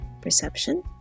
perception